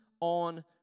on